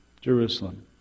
Jerusalem